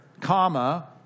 comma